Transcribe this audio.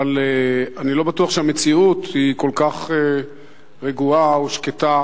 אבל אני לא בטוח שהמציאות היא כל כך רגועה ושקטה,